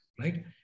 right